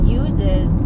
uses